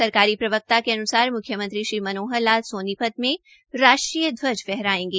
सरकारी प्रवकता ने बताया कि म्ख्यमंत्री श्री मनोहर लाल सोनीपत में राष्ट्रीय ध्वज फहरायेंगे